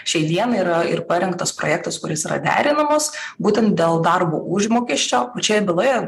šiai dienai yra ir parengtas projektas kuris yra derinamas būtent dėl darbo užmokesčio pačioje byloje